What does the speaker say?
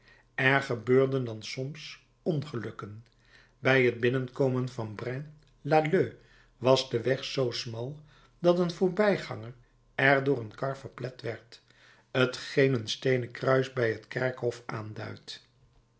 er gebeurden dan soms ongelukken bij t binnenkomen van braine lalleud was de weg zoo smal dat een voorbijganger er door een kar verplet werd t geen een steenen kruis bij het kerkhof aanduidt